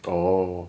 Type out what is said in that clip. orh